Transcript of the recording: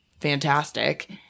fantastic